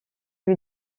lui